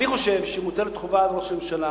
אני חושב שמוטלת חובה על ראש הממשלה